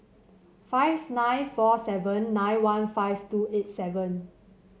five nine four seven nine one five two eight seven